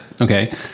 okay